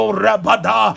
rabada